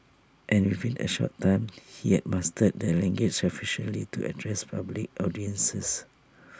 and within A short time he had mastered the language sufficiently to address public audiences